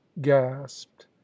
gasped